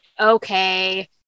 Okay